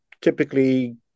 typically